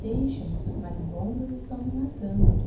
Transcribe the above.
deixa-me que os marimbondos estão me matando